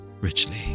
richly